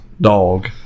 dog